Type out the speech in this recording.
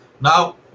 Now